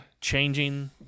changing